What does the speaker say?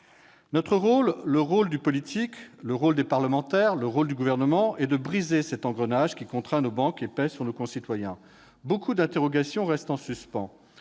Notre rôle, celui du politique, des parlementaires, du Gouvernement, est de briser cet engrenage qui contraint nos banques et pèse sur nos concitoyens. Bien des interrogations restent en suspens,